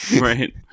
right